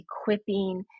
equipping